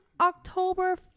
October